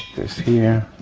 this here